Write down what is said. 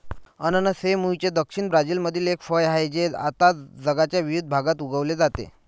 अननस हे मूळचे दक्षिण ब्राझीलमधील एक फळ आहे जे आता जगाच्या विविध भागात उगविले जाते